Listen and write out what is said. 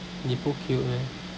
你不 cute meh